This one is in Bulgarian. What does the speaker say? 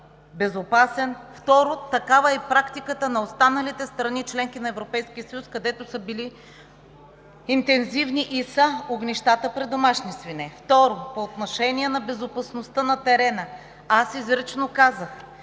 безопасен; второ, такава е практиката на останалите страни – членки на Европейския съюз, където са били интензивни и са огнищата при домашни свине. Второ, по отношение на безопасността на терена – изрично казах,